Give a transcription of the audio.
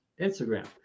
Instagram